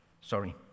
Sorry